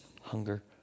hunger